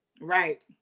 Right